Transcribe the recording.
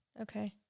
Okay